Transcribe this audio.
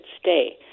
stay